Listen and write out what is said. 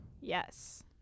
Yes